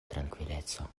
trankvileco